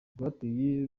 rwateye